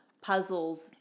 puzzles